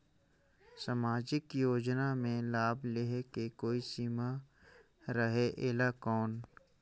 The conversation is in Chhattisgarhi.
समाजिक योजना मे लाभ लहे के कोई समय सीमा रहे एला कौन?